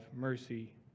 mercy